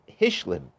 Hishlim